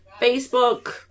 Facebook